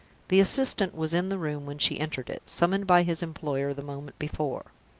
the assistant was in the room when she entered it summoned by his employer the moment before.